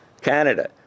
Canada